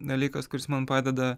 dalykas kuris man padeda